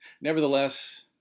Nevertheless